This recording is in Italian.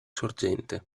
sorgente